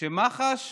שמח"ש